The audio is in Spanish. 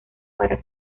para